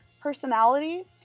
personality